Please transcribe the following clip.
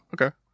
Okay